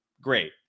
great